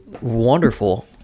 wonderful